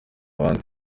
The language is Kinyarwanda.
abandi